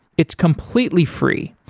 it's completely free.